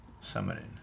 Summoning